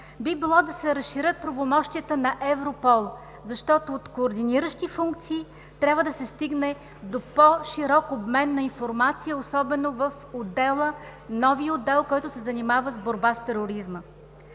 би било да се разширят правомощията на Европол, защото от координиращи функции трябва да се стигне до по-широк обмен на информация особено в новия отдел, който се занимава с борба с тероризма.